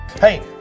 Hey